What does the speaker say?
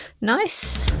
nice